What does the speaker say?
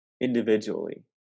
individually